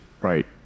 Right